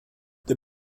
der